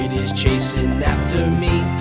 is chasing after me.